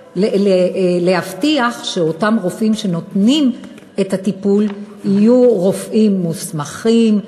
להבטיח שאותם רופאים שנותנים את הטיפול יהיו רופאים מוסמכים,